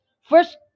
First